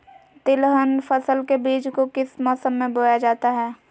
तिलहन फसल के बीज को किस मौसम में बोया जाता है?